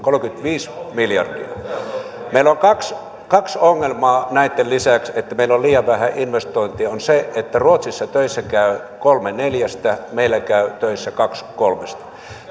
kolmekymmentäviisi miljardia meillä on kaksi kaksi ongelmaa näitten lisäksi että meillä on liian vähän investointeja on se että ruotsissa töissä käy kolme neljästä meillä käy töissä kaksi kolmesta